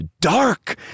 dark